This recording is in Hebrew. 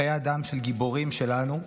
חיי אדם של גיבורים שלנו.